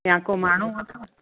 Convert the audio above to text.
या को माण्हू अथव